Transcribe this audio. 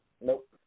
Nope